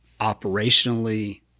operationally